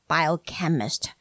Biochemist